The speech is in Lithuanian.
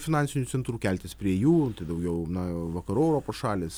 finansinių centrų keltis prie jų daugiau na vakarų europos šalys